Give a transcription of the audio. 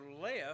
left